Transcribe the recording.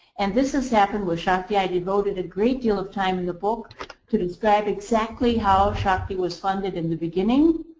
and this has happening with shakti. i devoted a great deal of time in the book to describe exactly how shakti was funded in the beginning.